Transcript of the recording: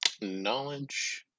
Knowledge